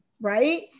right